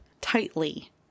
Tightly